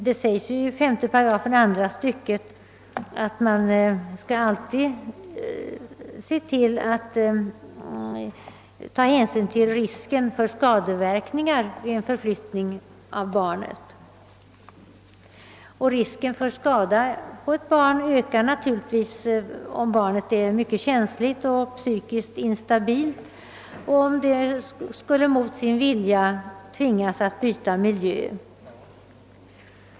Det uttalas ju i 3 § andra stycket i lagförslaget, att man skall ta hänsyn till risken för skadeverkningar vid en förflyttning av barnet. Risken för skada på ett barn ökar naturligtvis om det är ett mycket känsligt och psykiskt instabilt barn som mot sin vilja tvingas att byta miljö.